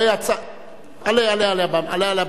עלה לבמה.